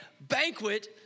banquet